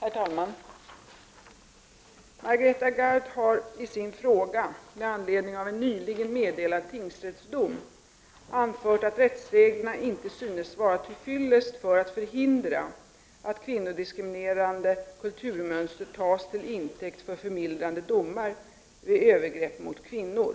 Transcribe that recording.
Herr talman! Margareta Gard har i sin fråga, med anledning av en nyligen meddelad tingsrättsdom, anfört att rättsreglerna inte synes vara tillfyllest för att förhindra att kvinnodiskriminerande kulturmönster tas till intäkt för förmildrande domar vid övergrepp mot kvinnor.